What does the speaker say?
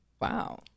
wow